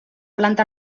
planta